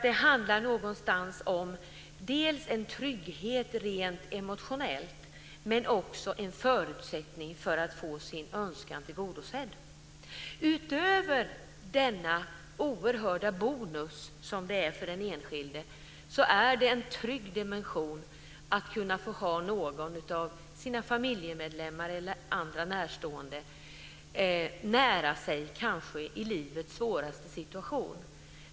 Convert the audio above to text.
Det handlar någonstans om en trygghet rent emotionellt, men också om en förutsättning för att få sin önskan tillgodosedd. Utöver den oerhörda bonus som det är för den enskilde är det en trygg dimension att kunna få ha någon familjemedlem eller annan närstående nära sig i kanske livets svåraste situation.